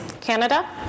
Canada